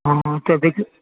हँ तऽ देखिऔ